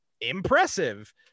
impressive